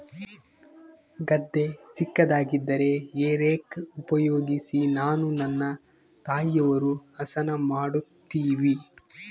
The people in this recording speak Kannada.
ಗದ್ದೆ ಚಿಕ್ಕದಾಗಿದ್ದರೆ ಹೇ ರೇಕ್ ಉಪಯೋಗಿಸಿ ನಾನು ನನ್ನ ತಾಯಿಯವರು ಹಸನ ಮಾಡುತ್ತಿವಿ